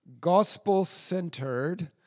gospel-centered